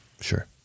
sure